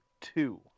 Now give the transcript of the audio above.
two